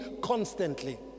constantly